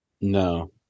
No